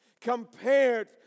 compared